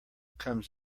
comes